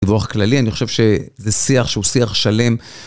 דיווח כללי, אני חושב שזה שיח שהוא שיח שלם.